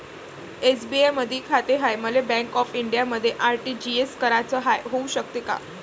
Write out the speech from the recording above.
SBI मधी खाते हाय, मले बँक ऑफ इंडियामध्ये आर.टी.जी.एस कराच हाय, होऊ शकते का?